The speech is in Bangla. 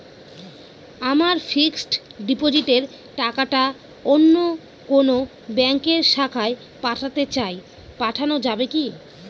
আমার ফিক্সট ডিপোজিটের টাকাটা অন্য কোন ব্যঙ্কের শাখায় পাঠাতে চাই পাঠানো যাবে কি?